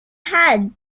had